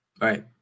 Right